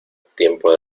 tiempo